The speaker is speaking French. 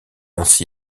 ainsi